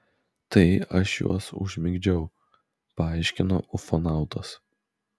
tai aš juos užmigdžiau paaiškino ufonautas